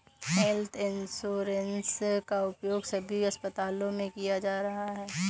health insurance का उपयोग सभी अस्पतालों में किया जा रहा है